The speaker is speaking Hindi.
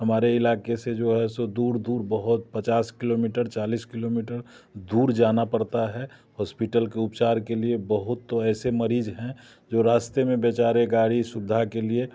हमारे इलाके से जो है सो दूर दूर बहुत पचास किलोमीटर चालीस किलोमीटर दूर जाना पड़ता है हॉस्पिटल के उपचार के लिए बहुत तो ऐसे मरीज हैं जो रास्ते में बेचारे गाड़ी सुविधा के लिए